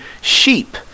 sheep